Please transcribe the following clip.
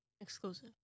exclusive